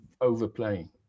overplaying